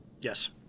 Yes